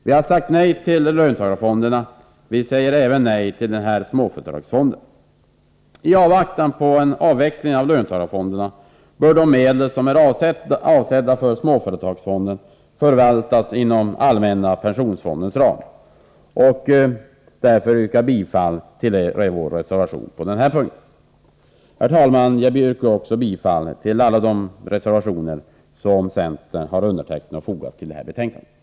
Vi har sagt nej till löntagarfonderna — vi säger nej även till småföretagsfonden. I avvaktan på en avveckling av löntagarfonderna bör de medel som är avsedda för småföretagsfonden förvaltas inom allmänna pensionsfondens ram. Därför yrkar jag bifall till vår reservation på denna punkt. Herr talman! Jag yrkar också bifall till alla de reservationer som centern har undertecknat och fogat till detta betänkande.